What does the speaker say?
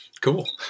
Cool